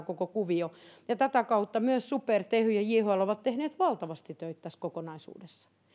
koko kuvio pitäisi järjestää ja tätä kautta myös super tehy ja ja jhl ovat tehneet valtavasti töitä tässä kokonaisuudessa